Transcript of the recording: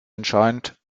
entscheidend